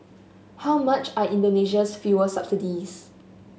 how much are Indonesia's fuel subsidies